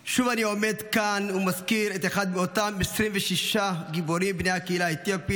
שוב אני עומד כאן ומזכיר את אחד מאותם 26 גיבורים בני הקהילה האתיופית,